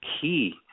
key